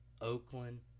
Oakland